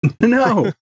No